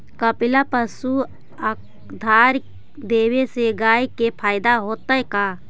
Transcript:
कपिला पशु आहार देवे से गाय के फायदा होतै का?